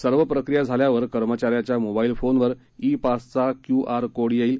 सर्व प्रक्रिया झाल्यावर कर्मचाऱ्याच्या मोबाईल फोन वर ई पासचा क्यू आर कोड येईल